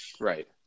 Right